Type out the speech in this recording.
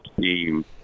team